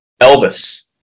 Elvis